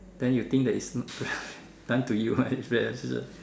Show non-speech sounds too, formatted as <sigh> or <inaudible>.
then you think that is not <laughs> done to you <laughs>